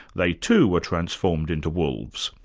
they too were transformed into wolves,